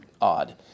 odd